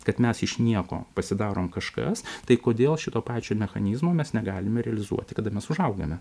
kad mes iš nieko pasidarom kažkas tai kodėl šito pačio mechanizmo mes negalime realizuoti kada mes užaugame